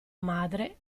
madre